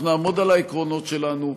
אנחנו נעמוד על העקרונות שלנו.